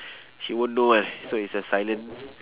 she won't know [one] so it's a silence